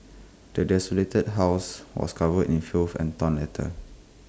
the desolated house was covered in filth and torn letters